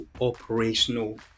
operational